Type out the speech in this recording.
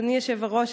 אדוני היושב-ראש,